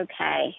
okay